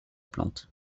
plante